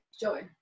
Joy